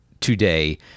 today